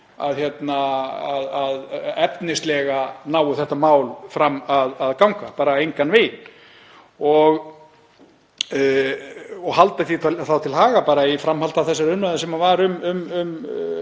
að efnislega nái þetta mál fram að ganga, bara engan veginn. Ég vil halda því til haga í framhaldi af þessari umræðu sem varð um